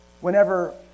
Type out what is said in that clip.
whenever